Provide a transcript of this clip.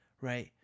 right